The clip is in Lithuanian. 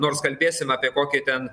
nors kalbėsim apie kokį ten